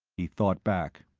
he thought back.